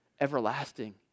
everlasting